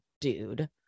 dude